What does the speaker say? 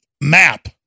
map